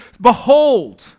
behold